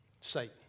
Satan